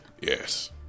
Yes